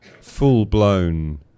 full-blown